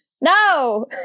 No